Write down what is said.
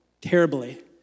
terribly